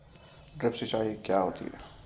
Drip सिंचाई क्या होती हैं?